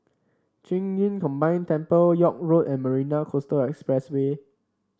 Qing Yun Combine Temple York Road and Marina Coastal Expressway